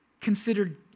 considered